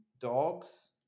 dogs